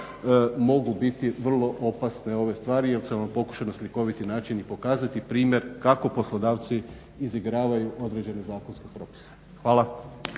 mogu biti vrlo opasne ove stvari jer sam vam pokušao na slikoviti način i pokazati primjer kako poslodavci izigravaju određene zakonske propise. Hvala.